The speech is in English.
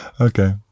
Okay